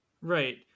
Right